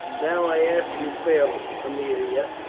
now i ask you fairly, aemilia,